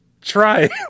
try